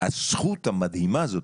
הזכות המדהימה הזאת,